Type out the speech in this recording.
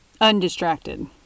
undistracted